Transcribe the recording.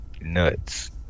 Nuts